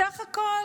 בסך הכול